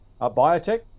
Biotech